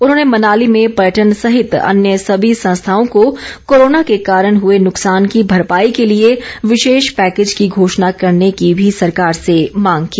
उन्होंने मनाली में पर्यटन सहित अन्य सभी संस्थाओं को कोरोना के कारण हुए नुकसान की भरपाई के लिए विशेष पैकेज की घोषणा करने की भी सरकार से मांग की